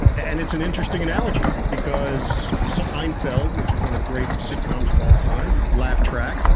and it's an interesting analogy because seinfeld, which was one of the great sitcoms of all time, laugh track.